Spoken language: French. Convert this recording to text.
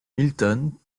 milton